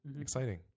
exciting